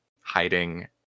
hiding